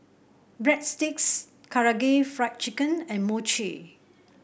Breadsticks Karaage Fried Chicken and Mochi